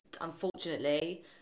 unfortunately